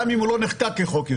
גם אם הוא לא נחקק כחוק-יסוד.